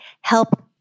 help